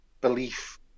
belief